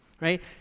right